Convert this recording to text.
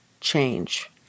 change